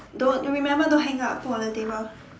don't remember don't hang up put on the table